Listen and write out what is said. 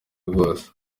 rwose